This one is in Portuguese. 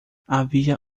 havia